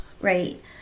right